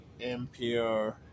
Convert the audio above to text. NPR